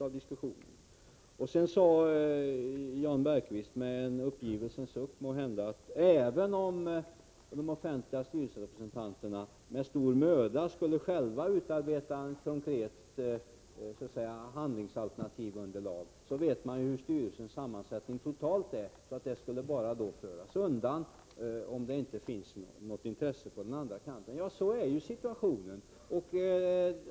Jan Bergqvist sade, måhända med en uppgiven suck, att även om de offentliga styrelserepresentanterna med stor möda själva skulle utarbeta ett konkret underlag för handlingsalternativ, vet man ju hurdan styrelsens sammansättning är totalt sett, så förslagen skulle bara föras undan om det inte fanns något intresse på den andra kanten. Ja, sådan är ju situationen.